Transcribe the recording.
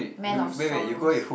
man of sorrows